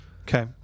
Okay